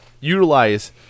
utilize